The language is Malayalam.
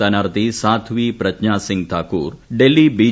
സ്ഥാനാർത്ഥി സാധ്വി പ്രജ്ഞാസിങ് താക്കൂർ ഡൽഹി ബി